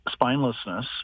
spinelessness